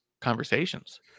conversations